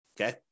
Okay